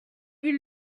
ils